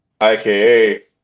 IKA